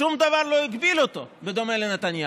שום דבר לא הגביל אותו, בדומה לנתניהו,